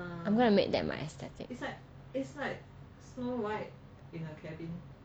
I'm gonna make that my aesthetic